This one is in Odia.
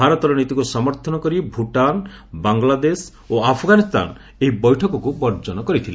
ଭାରତର ନୀତିକୁ ସମର୍ଥନ କରି ଭୁଟାନ ବାଂଲାଦେଶ ଓ ଆଫଗାନିସ୍ଥାନ ଏହି ବୈଠକକୁ ବର୍ଜନ କରିଥିଲେ